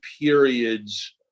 periods